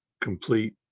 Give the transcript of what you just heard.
complete